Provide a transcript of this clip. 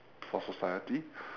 for society